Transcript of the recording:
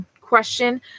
question